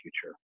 future